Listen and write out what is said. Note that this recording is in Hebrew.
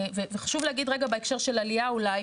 וחשוב להגיד רגע בהקשר של עלייה אולי,